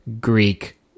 Greek